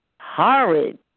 horrid